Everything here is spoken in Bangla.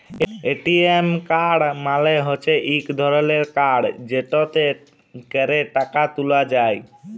এ.টি.এম কাড় মালে হচ্যে ইক ধরলের কাড় যেটতে ক্যরে টাকা ত্যুলা যায়